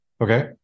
okay